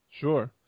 Sure